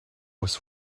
was